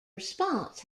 response